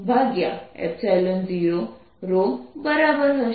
2πr1lr12l0ρ બરાબર હશે